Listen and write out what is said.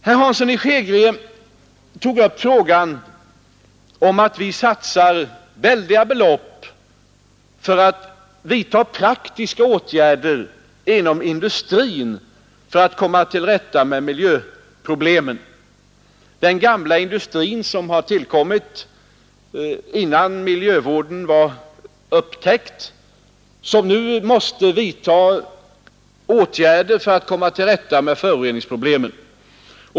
Herr Hansson i Skegrie talar om att vi satsar väldiga belopp på praktiska miljövårdsåtgärder inom den gamla industrin, som har tillkommit innan miljövården var upptäckt och som nu måste göra någonting för att komma till rätta med föroreningsproblemen.